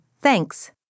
Thanks